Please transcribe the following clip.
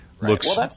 looks